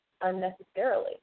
unnecessarily